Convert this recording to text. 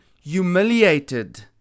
humiliated